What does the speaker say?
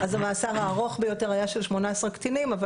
אז המאסר הארוך ביותר היה של 18 קטינים,